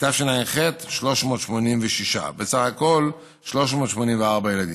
בתשע"ח, 386. בסך הכול 384 ילדים.